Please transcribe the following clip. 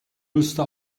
müsste